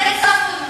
זה צפוי,